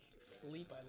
sleep